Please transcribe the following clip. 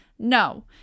No